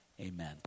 Amen